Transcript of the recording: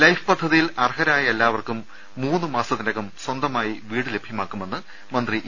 life പദ്ധതിയിൽ അർഹരായ എല്ലാവർക്കും മൂന്ന് മാസത്തിനകം സ്വന്തമായി വീട് ലഭ്യമാക്കുമെന്ന് മന്ത്രി ഇ